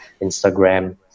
instagram